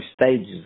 stages